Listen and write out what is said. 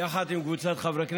יחד עם קבוצת חברי הכנסת,